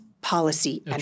policy